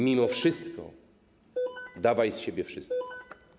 Mimo wszystko dawaj z siebie wszystko.